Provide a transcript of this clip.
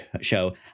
Show